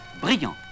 brillant